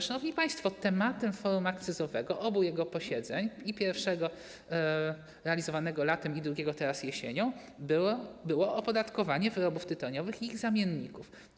Szanowni państwo, tematem Forum Akcyzowego, obu jego posiedzeń, i pierwszego realizowanego latem, i drugiego, które odbyło się jesienią, było opodatkowanie wyrobów tytoniowych i ich zamienników.